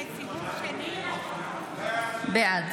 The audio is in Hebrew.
בעד